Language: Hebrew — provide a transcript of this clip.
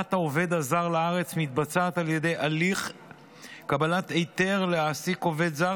הגעת העובד הזר לארץ מתבצעת על ידי הליך קבלת היתר להעסיק עובד זר,